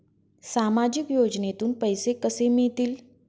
सामाजिक योजनेतून पैसे कसे मिळतील?